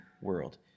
world